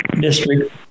district